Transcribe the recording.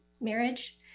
marriage